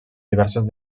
diversos